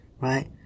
Right